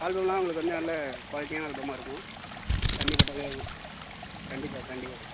ஆல்பம்லாம் உங்களுக்கு வந்து நல்ல குவாலிட்டியான ஆல்பமாக இருக்கும் தண்ணிர் பட்டாலே கண்டிப்பாக கண்டிப்பாக சார்